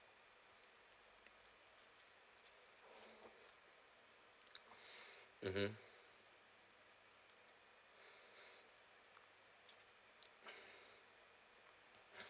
mmhmm